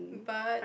but